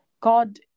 God